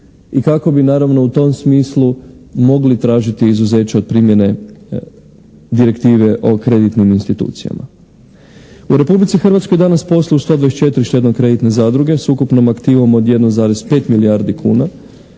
i kako bi naravno u tom smislu mogli tražiti izuzeće od primjene direktive o kreditnim institucijama. U Republici Hrvatskoj danas posluju 124 štedno-kreditne zadruge sa ukupnom aktivom od 1,5 milijardi kuna.